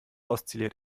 oszilliert